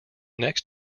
next